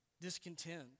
discontent